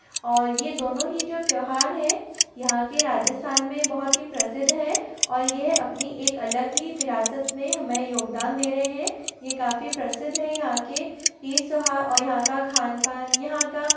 और ये दोनों ही जो त्यौहार हैं यहाँ के राजस्थान में बहुत ही प्रसिद्ध है और यह अपनी एक अलग ही विरासत में हमें योगदान दे रहे हैं ये काफ़ी प्रसिद्ध हैं यहाँ के तीज त्यौहार और यहाँ का खान पान यहाँ का